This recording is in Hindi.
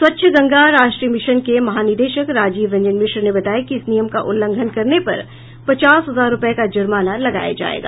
स्वच्छ गंगा राष्ट्रीय मिशन के महानिदेशक राजीव रंजन मिश्र ने बताया कि इस नियम का उल्लंघन करने पर पचास हजार रूपये का जुर्माना लगाया जायेगा